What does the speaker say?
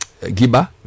Giba